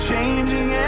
changing